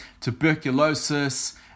tuberculosis